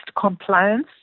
compliance